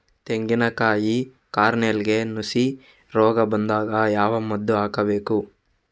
ತೆಂಗಿನ ಕಾಯಿ ಕಾರ್ನೆಲ್ಗೆ ನುಸಿ ರೋಗ ಬಂದಾಗ ಯಾವ ಮದ್ದು ಹಾಕಬೇಕು?